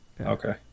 okay